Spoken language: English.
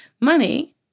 money